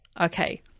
okay